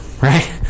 Right